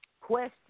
question